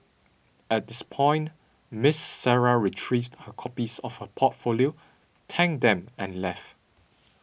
at this point Miss Sarah retrieved her copies of her portfolio thanked them and left